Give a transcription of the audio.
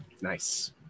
Nice